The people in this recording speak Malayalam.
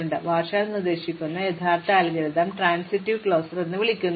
അതിനാൽ വാർഷൽ നിർദ്ദേശിക്കുന്ന യഥാർത്ഥ അൽഗോരിതം ട്രാൻസിറ്റീവ് ക്ലോസർ എന്ന് വിളിക്കുന്നു